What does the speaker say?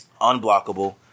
Unblockable